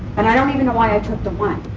and i don't even know why i took the one.